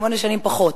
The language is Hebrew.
שמונה שנים פחות.